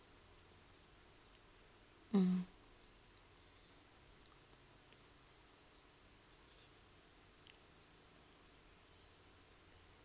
mm